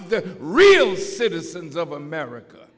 the real citizens of america